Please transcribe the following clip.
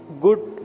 good